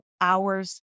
hours